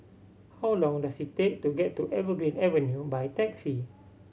how long does it take to get to Evergreen Avenue by taxi